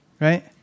right